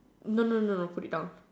no no no no put it down